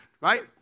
right